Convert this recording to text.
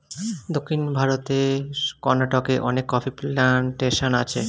দক্ষিণ ভারতের কর্ণাটকে অনেক কফি প্ল্যান্টেশন আছে